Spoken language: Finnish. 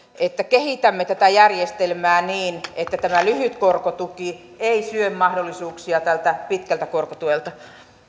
että kehitämme tätä järjestelmää niin että tämä lyhyt korkotuki ei syö mahdollisuuksia tältä pitkältä korkotuelta